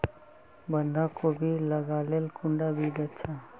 बंधाकोबी लगाले कुंडा बीज अच्छा?